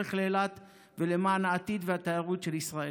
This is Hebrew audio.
בדרך לאילת ולמען העתיד והתיירות של ישראל.